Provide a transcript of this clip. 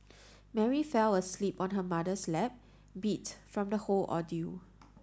Mary fell asleep on her mother's lap beat from the whole ordeal